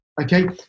Okay